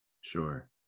Sure